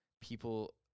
people